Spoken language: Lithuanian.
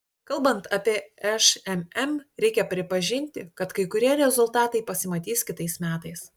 kalbant apie šmm reikia pripažinti kad kai kurie rezultatai pasimatys kitais metais